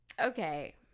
okay